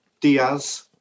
Diaz